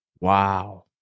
Wow